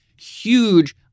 huge